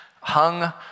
hung